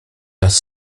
das